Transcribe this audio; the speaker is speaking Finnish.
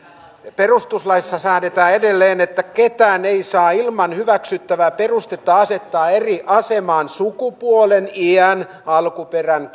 perustuslaissa säädetään edelleen että ketään ei saa ilman hyväksyttävää perustetta asettaa eri asemaan sukupuolen iän alkuperän